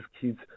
kids